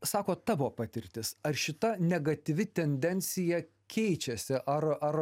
sako tavo patirtis ar šita negatyvi tendencija keičiasi ar ar